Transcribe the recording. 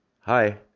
Hi